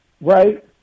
right